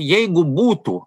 jeigu būtų